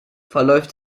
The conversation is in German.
verläuft